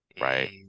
right